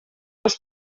les